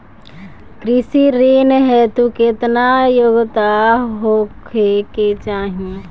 कृषि ऋण हेतू केतना योग्यता होखे के चाहीं?